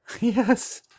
Yes